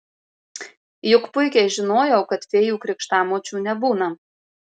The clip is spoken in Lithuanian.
juk puikiai žinojau kad fėjų krikštamočių nebūna